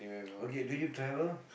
okay do you travel